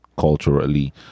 culturally